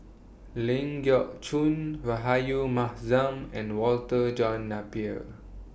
Ling Geok Choon Rahayu Mahzam and Walter John Napier